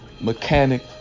mechanic